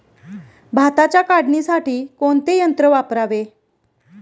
भाताच्या काढणीसाठी कोणते यंत्र वापरावे?